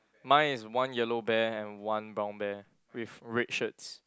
mine is one yellow bear and one brown bear with red shirts